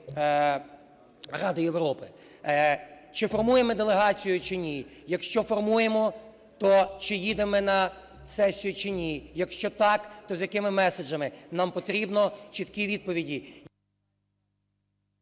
Ради Європи. Чи формуємо ми делегацію чи ні? Якщо формуємо, то чи їдемо ми на сесію чи ні? Якщо так, то з якими меседжами? Нам потрібно чіткі відповідні.